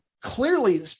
clearly